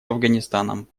афганистаном